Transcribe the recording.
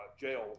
jail